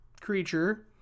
creature